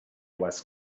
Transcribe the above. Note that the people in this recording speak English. was